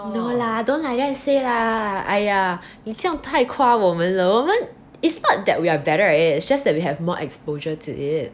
no lah don't like that say lah !aiya! 你这样太夸我们了我们 it's not that we are better at it its just that we have more exposure to it